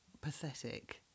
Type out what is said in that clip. pathetic